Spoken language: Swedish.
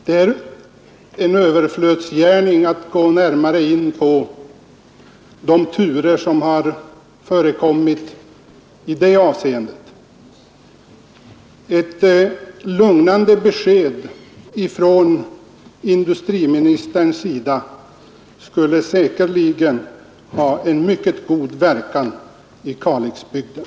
Det är en överflödsgärning att nu gå närmare in på de turer som har förekommit i omställningssammanhangen, men ett lugnande besked från industriministern skulle säkerligen ha en mycket god verkan i Kalixbygden.